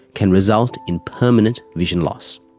can result in permanent vision loss.